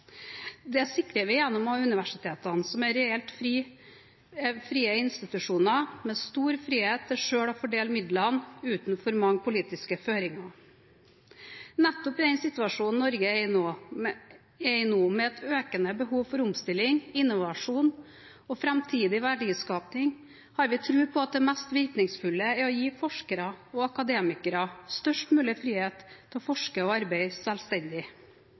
Det sikrer vi gjennom å ha universiteter som er reelt frie institusjoner med stor frihet til selv å fordele midlene, uten for mange politiske føringer. Nettopp i den situasjonen Norge er nå, med et økende behov for omstilling, innovasjon og framtidig verdiskaping, har vi tro på at det mest virkningsfulle er å gi forskere og akademikere størst mulig frihet til å forske og arbeide selvstendig.